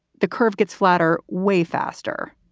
the curve gets flatter way faster.